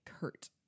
Kurt